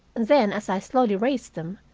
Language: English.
then, as i slowly raised them,